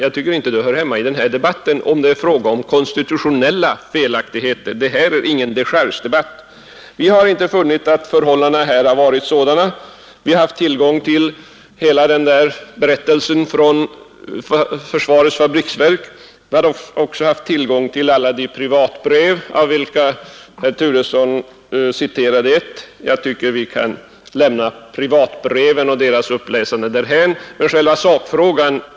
Om det är fråga om konstitutionella felaktigheter, tycker jag inte att de hör hemma i den här debatten, eftersom det inte är någon dechargedebatt. Vi har inte funnit att förhållandena varit sådana. Vi har haft tillgång till hela berättelsen från förenade fabriksverken. Vi har också haft tillgång till alla de privatbrev, av vilka herr Turesson citerade ett. Jag tycker att vi kan lämna privatbreven och uppläsande av dem därhän.